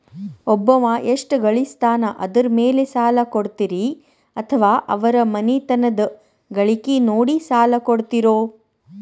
ಒಬ್ಬವ ಎಷ್ಟ ಗಳಿಸ್ತಾನ ಅದರ ಮೇಲೆ ಸಾಲ ಕೊಡ್ತೇರಿ ಅಥವಾ ಅವರ ಮನಿತನದ ಗಳಿಕಿ ನೋಡಿ ಸಾಲ ಕೊಡ್ತಿರೋ?